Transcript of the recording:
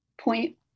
point